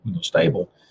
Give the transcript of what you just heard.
stable